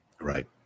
Right